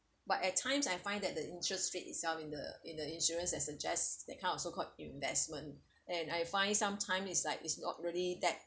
but at times I find that the interest rate itself in the in the insurance as suggests that kind of so called investment and I find some time is like it's not really that